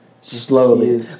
slowly